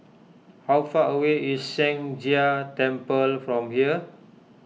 how far away is Sheng Jia Temple from here